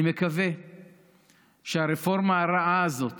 אני מקווה שהרפורמה הרעה הזאת